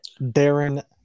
Darren